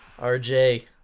rj